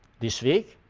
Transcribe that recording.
this week,